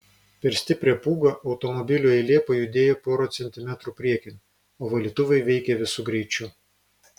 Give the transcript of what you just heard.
per stiprią pūgą automobilių eilė pajudėjo porą centimetrų priekin o valytuvai veikė visu greičiu